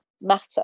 matter